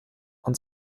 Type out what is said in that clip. und